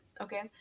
Okay